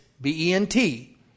B-E-N-T